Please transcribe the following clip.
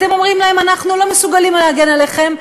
אתם אומרים להם: אנחנו לא מסוגלים להגן עליכם,